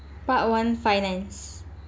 part one finance